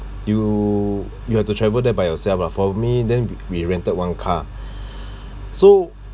you you have to travel there by yourself lah for me then we rented one car so